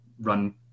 run